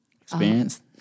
Experience